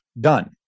done